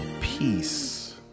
Peace